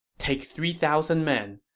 take three thousand men,